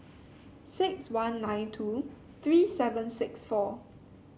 six one nine two three seven six four